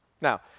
Now